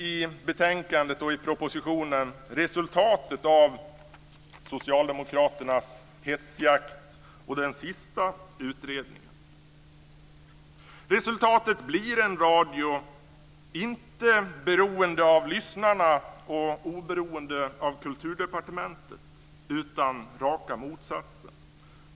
I betänkandet och i propositionen ser vi nu resultatet av Socialdemokraternas hetsjakt och den sista utredningen. Resultatet blir en radio men inte beroende av lyssnarna och oberoende av Kulturdepartementet utan raka motsatsen.